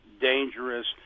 dangerous